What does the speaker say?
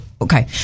okay